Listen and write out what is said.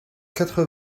quatre